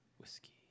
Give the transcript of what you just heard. whiskey